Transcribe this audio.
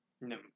No